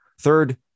third